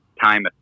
time